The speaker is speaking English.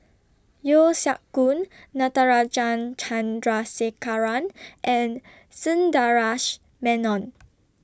Yeo Siak Goon Natarajan Chandrasekaran and Sundaresh Menon